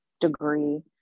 degree